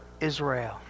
Israel